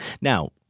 Now